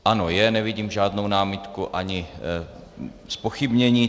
Ano, je, nevidím žádnou námitku ani zpochybnění.